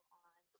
on